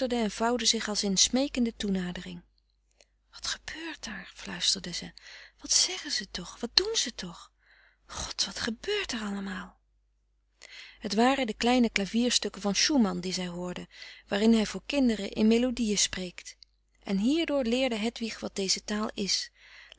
en vouwden zich als in smeekende toenadering wat gebeurt daar fluisterde ze wat zeggen ze toch wat doen ze toch god wat gebeurt daar allemaal het waren de kleine klavierstukken van schumann die zij hoorde waarin hij voor kinderen in melodiën spreekt en hierdoor leerde hedwig wat deze taal is